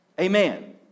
Amen